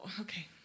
okay